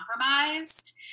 compromised